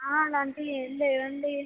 అలాంటివి ఏమి లేవండి